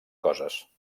coses